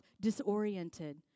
disoriented